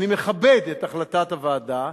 אני מכבד את החלטת הוועדה,